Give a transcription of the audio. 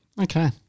Okay